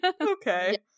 Okay